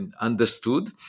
understood